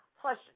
Plus